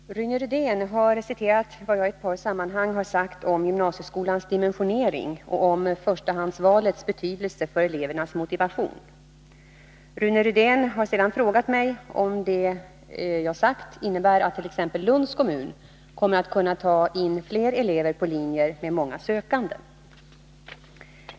Herr talman! Rune Rydén har citerat vad jag i ett par sammanhang har sagt om gymnasieskolans dimensionering och om förstahandsvalets betydelse för elevernas motivation. Rune Rydén har sedan frågat mig om det jag sagt innebär attt.ex. Lunds kommun kommer att kunna ta in fler elever på linjer med många sökande.